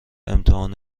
امتحان